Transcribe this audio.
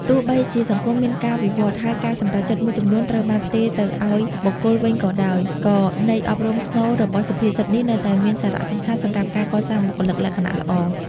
ទោះបីជាសង្គមមានការវិវឌ្ឍន៍ ហើយការសម្រេចចិត្តមួយចំនួនត្រូវបានផ្ទេរទៅឱ្យបុគ្គលវិញក៏ដោយ ក៏ន័យអប់រំស្នូលរបស់សុភាសិតនេះនៅតែមានសារៈសំខាន់សម្រាប់ការកសាងបុគ្គលិកលក្ខណៈល្អ ។